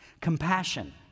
Compassion